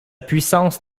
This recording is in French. puissance